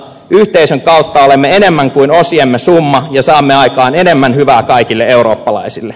yhteisön kautta olemme enemmän kuin osiemme summa ja saamme aikaan enemmän hyvää kaikille eurooppalaisille